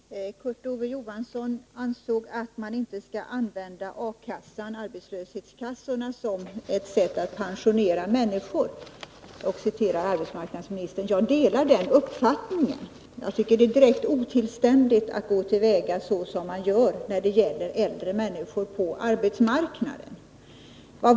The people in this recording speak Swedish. Herr talman! Kurt-Ove Johansson ansåg att man inte skall använda A-kassorna, arbetslöshetskassorna, som ett sätt att pensionera människor, och han citerade arbetsmarknadsministern. Jag delar den uppfattningen. Jag tycker det är direkt otillständigt att gå till väga som man gör när det gäller äldre människor på arbetsmarknaden.